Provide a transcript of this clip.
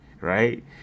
right